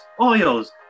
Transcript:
oils